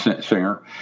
Singer